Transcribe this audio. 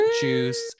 juice